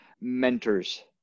mentors